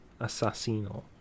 Assassino